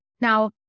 Now